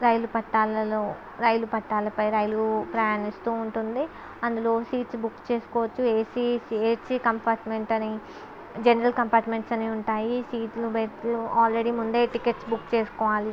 రైలు పట్టాలలో రైలు పట్టాలపై రైలు ప్రయాణిస్తూ ఉంటుంది అందులో సీట్స్ బుక్ చేసుకోవచ్చు ఏసీ ఏసీ కంపార్ట్మెంట్ అని జనరల్ కంపార్ట్మెంట్స్ అని ఉంటాయి సీట్లు బెర్తులు ఆల్రెడీ ముందే టికెట్స్ బుక్ చేసుకోవాలి